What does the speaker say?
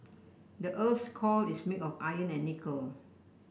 the earth's core is made of iron and nickel